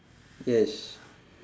yes